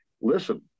listen